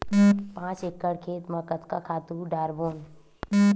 पांच एकड़ खेत म कतका खातु डारबोन?